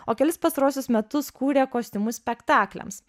o kelis pastaruosius metus kūrė kostiumus spektakliams